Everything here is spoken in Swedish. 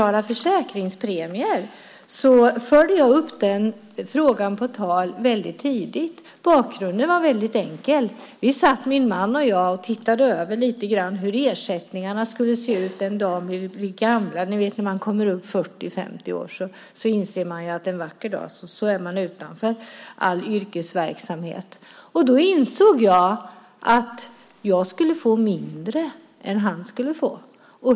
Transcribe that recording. Jag förde frågan om könsneutrala försäkringspremier på tal väldigt tidigt. Bakgrunden var väldigt enkel. Vi satt, min man och jag, och tittade över lite grann hur ersättningarna skulle se ut den dag då vi blev gamla - när man kommer upp i 40-50-årsåldern inser man ju att man en vacker dag är utanför all yrkesverksamhet. Då insåg jag att jag skulle få mindre än vad han skulle få.